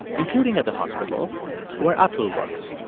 including at the hospital where atul works